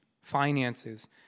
finances